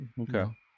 Okay